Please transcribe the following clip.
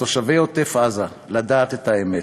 ולתושבי עוטף-עזה לדעת את האמת.